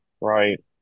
right